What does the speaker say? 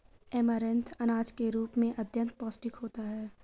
amaranth अनाज के रूप में अत्यंत पौष्टिक होता है